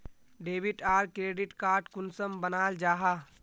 Debit आर credit card कुंसम बनाल जाहा?